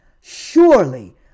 Surely